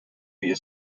via